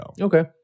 Okay